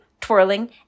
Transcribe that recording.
twirling